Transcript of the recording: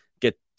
get